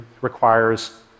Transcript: requires